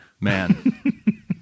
man